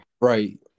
Right